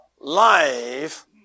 life